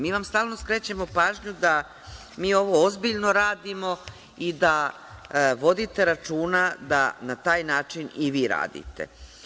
Mi vam stalno skrećemo pažnju da mi ovo ozbiljno radimo i da da vodite računa da na taj način i vi radite.